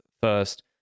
first